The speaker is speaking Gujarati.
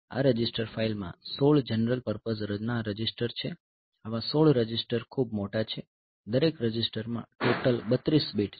આ રજિસ્ટર ફાઇલમાં 16 જનરલ પર્પઝ ના રજિસ્ટર છે આવા 16 રજિસ્ટર ખૂબ મોટા છે દરેક રજિસ્ટરમાં ટોટલ 32 બીટ છે